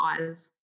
eyes